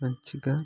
మంచిగా